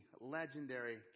legendary